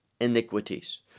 iniquities